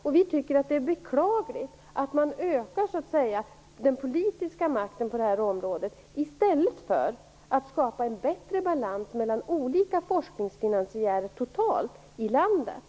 Moderaterna tycker att det är beklagligt att regeringen ökar den politiska makten på området i stället för att skapa en bättre balans mellan olika forskningsfinansiärer totalt i landet.